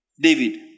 David